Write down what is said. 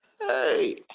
hey